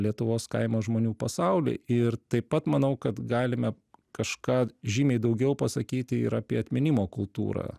lietuvos kaimo žmonių pasaulį ir taip pat manau kad galime kažką žymiai daugiau pasakyti ir apie atminimo kultūrą